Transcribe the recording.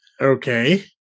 okay